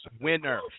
winner